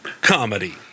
comedy